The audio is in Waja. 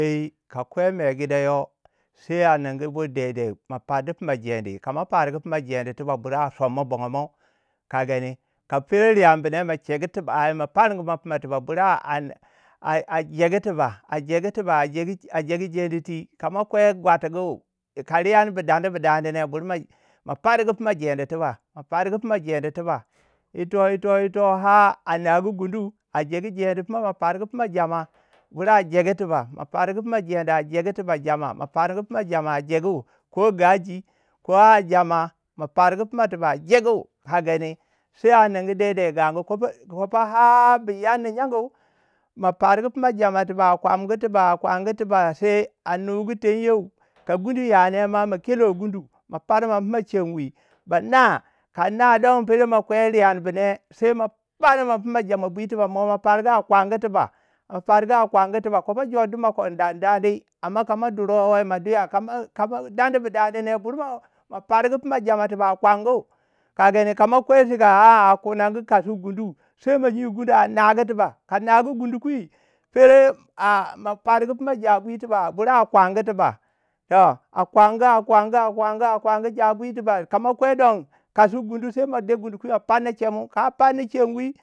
din ka kwai mai gida yo. sai a ningu bur dede puma pardi puma jeni ka ma pargu puma jeni, kama pargi pumaa jeni tubak bur a somma bogon mwai. Ka gani ka fer riyanbune ma chegu tubak. ma farguma fina tubak bur a- a- a jegu tuba, a jegu tiba a jegu a jegu jenitue. Kama kwai watugu ka riyanbu dandibudane bur ma- ma mafargu pima jeni tuba, mafargu pima a jedi tiba, ito- ito- ito har anagu gunu, a jegu jeni pima, ma fargu puna jama, bur a jegu tuba. Ma fargu funa jeni, jegu tuba jama, ma fargu pima jama a jegu bur a jegu tuba fargu funa jama bur a jegu ko gaji ko ha jama mafargu pima tuba jegu. ka gani sai a ningu dede gangu kofo kafo har babu yarnu gynu ma fargu funa jama tuba a kwamgu tuba a kwamgu tuba sai a nugu tengyo. Ka gundu yane ma. ma kelo gundu ma farman ma chem wi ba na, ka nai don pele ma kwai riyanbane. sai ma farman ma jama bi tubak mo ma fargu a kwamgu tiba. ma fargu a kwamgu tuba kobo jor du mo ko in dandani aman kama durui ma duya ka ma- ka ma danibu dane bur ma- ma fargu funa jama tiba a kwamgu, ka gani kamakwei chika a- a kunangu kasgu gundu. sai ma nyi gundu a nagu tiba. Ka nagu gundu kwi, pere a ma fargu funa jabwi tuba bur a kwamgu tiba. toh, A kwamgu a kwamgu a kwamgu a kwamgu ja bwi tiba ka mo kwe don kasgu gundu sai mo de gundu kwi. ma panna chemu. ka panni chem wi.